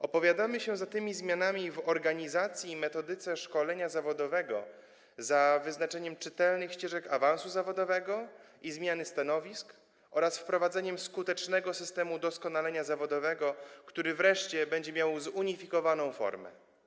Opowiadamy się za zmianami w organizacji i metodyce szkolenia zawodowego, za wyznaczeniem czytelnych ścieżek awansu zawodowego i zmiany stanowisk oraz wprowadzeniem skutecznego systemu doskonalenia zawodowego, który wreszcie będzie miał zunifikowaną formę.